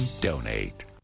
Donate